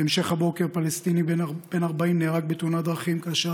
בהמשך הבוקר פלסטיני בן 40 נהרג בתאונת דרכים כאשר